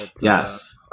Yes